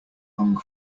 hung